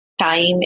time